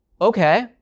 okay